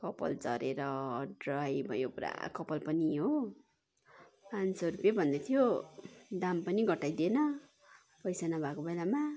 कपाल झरेर ड्राई भयो पुरा कपाल पनि हो पाँच सय रुपे भन्दै थियो दाम पनि घटाई दिएन पैसा नभएको बेलामा